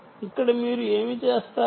ఇక్కడ మీరు ఏమి చేస్తారు